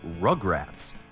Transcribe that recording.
Rugrats